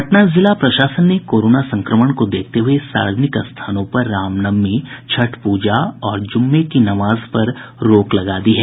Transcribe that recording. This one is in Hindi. पटना जिला प्रशासन ने कोरोना संक्रमण को देखते हये सार्वजनिक स्थानों पर रामनवमी छठ प्रजा और जुम्मे की नमाज पर रोक लगा दी है